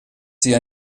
sie